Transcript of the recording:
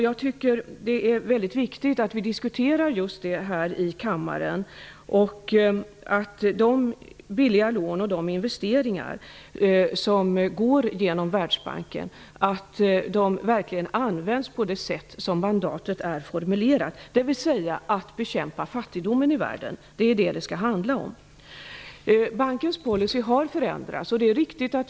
Det är viktigt att vi diskuterar just detta här i kammaren och att de billiga lån och investeringar som går genom Världsbanken verkligen används på det sätt som mandatet är formulerat, dvs. till att bekämpa fattigdomen i världen. Det är det som det skall handla om. Bankens policy har förändrats.